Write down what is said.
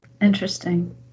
interesting